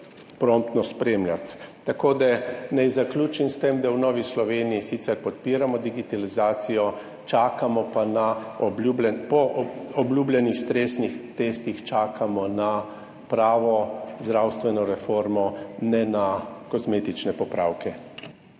promptno spremljati. Tako, da naj zaključim s tem, da v Novi Sloveniji sicer podpiramo digitalizacijo, po obljubljenih stresnih testih, čakamo na pravo zdravstveno reformo, ne na kozmetične popravke.